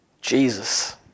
Jesus